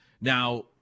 now